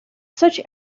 such